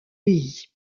pays